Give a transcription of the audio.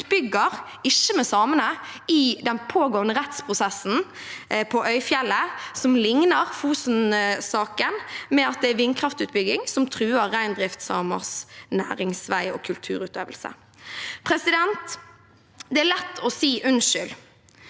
utbygger, ikke med samene, i den pågående rettsprosessen på Øyfjellet, som ligner Fosensaken ved at det er vindkraftutbygging som truer reindriftssamers næringsvei og kulturutøvelse. Det er lett å si unnskyld.